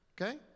okay